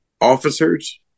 officers